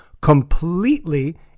completely